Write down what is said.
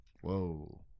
Whoa